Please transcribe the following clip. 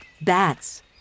bats